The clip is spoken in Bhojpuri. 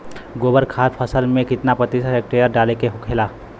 गोबर खाद फसल में कितना प्रति हेक्टेयर डाले के होखेला?